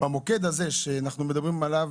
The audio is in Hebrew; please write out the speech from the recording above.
במוקד הזה שאנחנו מדברים עליו,